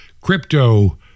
crypto